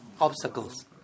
obstacles